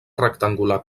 rectangular